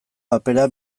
papera